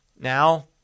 Now